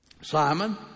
Simon